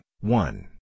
One